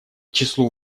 числу